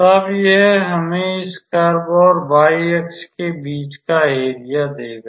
तब यह हमें इस कर्व और y अक्ष के बीच का एरिया देगा